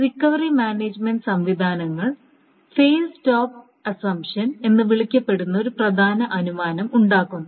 recovery management സംവിധാനങ്ങൾ fail stop assumption എന്ന് വിളിക്കപ്പെടുന്ന ഒരു പ്രധാന അനുമാനം ഉണ്ടാക്കുന്നു